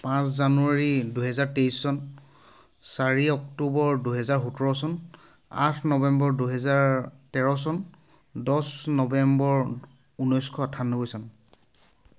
পাঁচ জানুৱাৰী দুহেজাৰ তেইছ চন চাৰি অক্টোবৰ দুহেজাৰ সোতৰ চন আঠ নৱেম্বৰ দুহেজাৰ তেৰ চন দহ নৱেম্বৰ ঊনৈছশ আঠান্নব্বৈ চন